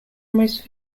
most